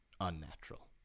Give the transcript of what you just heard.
unnatural